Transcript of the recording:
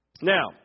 Now